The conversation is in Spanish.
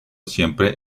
siempre